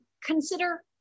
consider